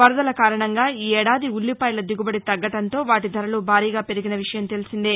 వరదల కారణంగా ఈ ఏడాది ఉల్లిపాయల దిగుబడి తగ్గడంతో వాటి ధరలు భారీగా పెరిగిన విషయం తెలిసిందే